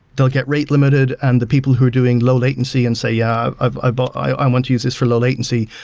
they'll get rate limited and the people who are doing low latency and say, yeah i but i want to use this for low latency.